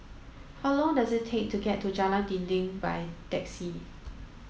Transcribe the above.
how long does it take to get to Jalan Dinding by taxi